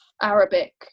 arabic